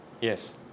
yes